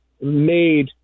made